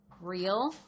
real